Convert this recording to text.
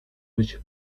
być